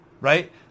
right